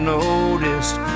noticed